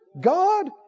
God